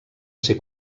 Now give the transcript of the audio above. ser